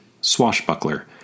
Swashbuckler